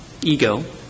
ego